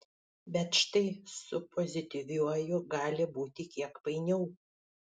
bet štai su pozityviuoju gali būti kiek painiau